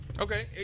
Okay